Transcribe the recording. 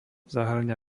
zahŕňa